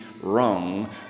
wrong